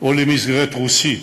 או למסגרת רוסית